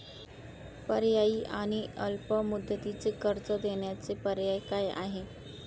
पर्यायी आणि अल्प मुदतीचे कर्ज देण्याचे पर्याय काय?